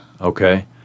Okay